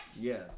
Yes